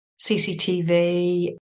CCTV